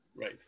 Right